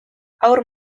haur